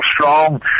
strong